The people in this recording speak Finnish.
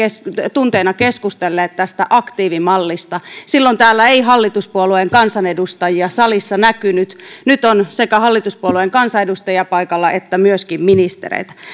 tunteina keskustelleet tästä aktiivimallista silloin täällä ei hallituspuolueen kansanedustajia salissa näkynyt nyt on paikalla sekä hallituspuolueiden kansanedustajia että myöskin ministereitä